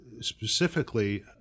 specifically